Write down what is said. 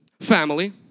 family